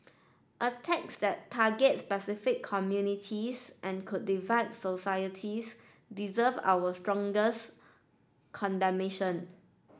attacks that target specific communities and could divide societies deserve our strongest condemnation